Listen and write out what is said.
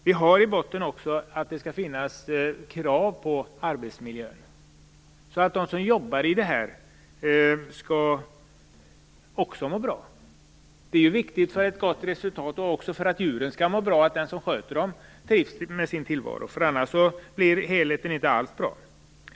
Vi har i botten också att det skall finnas krav på arbetsmiljön, så att de som jobbar med det här också mår bra. Det är viktigt för ett gott resultat, och också för att djuren skall må bra, att de som sköter dem trivs med sin tillvaro. Annars blir helheten inte alls bra.